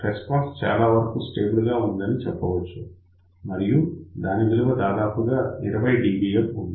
response చాలా వరకు stable గా ఉందని చెప్పవచ్చు మరియు దాని విలువ దాదాపుగా 20 dBm ఉంది